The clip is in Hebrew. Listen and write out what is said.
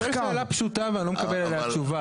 אני שואל שאלה פשוטה ואני לא מקבל עליה תשובה